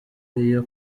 iyo